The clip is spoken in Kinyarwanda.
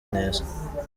neza